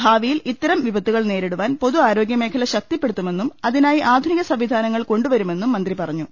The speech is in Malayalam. ഭാവിയിൽ ഇത്തരം വിപ്പത്തുകൾ നേരിടുവാൻ പൊതു ആ രോഗ്യമേഖല ശക്തിപ്പെടുത്തുമെന്നും അതിനായി ആധുനിക സംവി ധാനങ്ങൾ കൊണ്ടുവരുമെന്നും മന്ത്രി പറഞ്ഞു